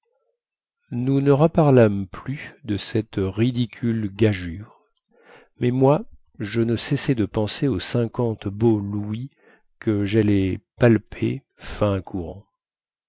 nous ne reparlâmes plus de cette ridicule gageure mais moi je ne cessai de penser aux cinquante beaux louis que jallais palper fin courant